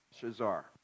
Shazar